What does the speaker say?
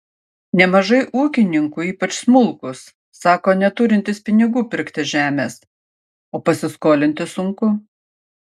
nemažai ūkininkų ypač smulkūs sako neturintys pinigų pirkti žemės o pasiskolinti sunku